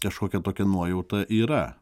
kažkokia tokia nuojauta yra